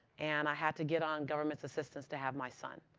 and i had to get on government assistance to have my son.